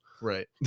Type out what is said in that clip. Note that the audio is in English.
right